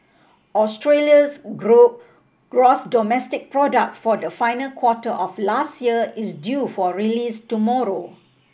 Australia's gross domestic product for the final quarter of last year is due for release tomorrow